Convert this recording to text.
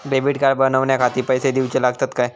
Debit card बनवण्याखाती पैसे दिऊचे लागतात काय?